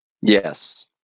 Yes